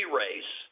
race